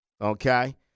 okay